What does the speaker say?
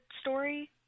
story